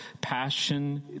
Passion